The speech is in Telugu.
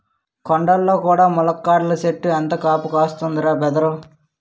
కొండల్లో కూడా ములక్కాడల సెట్టు ఎంత కాపు కాస్తందిరా బదరూ